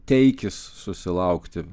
teikis susilaukti